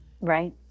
right